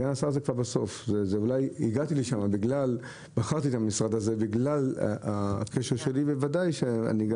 בחרתי במשרד התחבורה בגלל הקשר שלי לנושא.